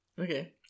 Okay